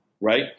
right